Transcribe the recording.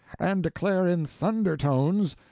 and declare in thunder tones,